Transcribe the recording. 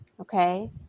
Okay